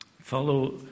follow